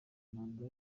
ntabwo